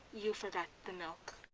you forgot the milk?